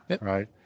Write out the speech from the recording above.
right